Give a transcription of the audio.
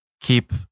keep